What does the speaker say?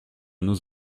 nous